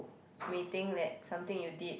may think that something you did